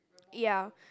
ya